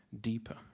deeper